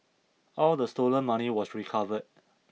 all the stolen money was recovered